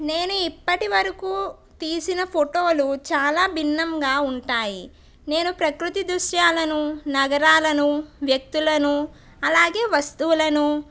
నేను ఇప్పటివరకు తీసిన ఫోటోలు చాలా భిన్నంగా ఉంటాయి నేను ప్రకృతి దుశ్యాలను నగరాలను వ్యక్తులను అలాగే వస్తువులను